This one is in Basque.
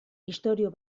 istorio